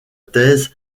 thèse